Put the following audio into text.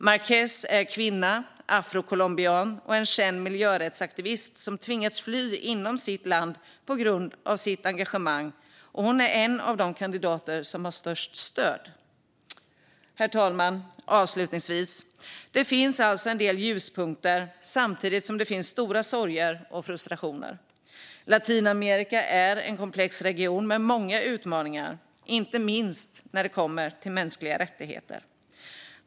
Márquez är kvinna, afrocolombian och känd miljörättsaktivist som tvingats fly inom sitt land på grund av sitt engagemang, och hon är en av de kandidater som har störst stöd. Herr talman! Det finns alltså en del ljuspunkter samtidigt som det finns stora sorger och frustrationer. Latinamerika är en komplex region med många utmaningar, inte minst när det gäller mänskliga rättigheter.